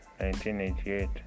1988